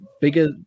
bigger